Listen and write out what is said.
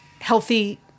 healthy